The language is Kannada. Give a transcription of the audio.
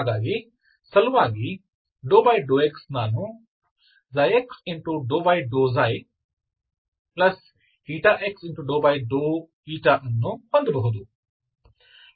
ಹಾಗಾಗಿ ಸಲುವಾಗಿ ∂x ನಾನು ξx xಅನ್ನು ಹೊಂದಬಹುದು